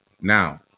Now